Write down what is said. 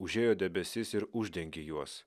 užėjo debesis ir uždengė juos